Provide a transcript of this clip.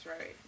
right